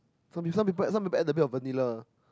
some people some people some people add a bit of vanilla